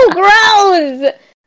gross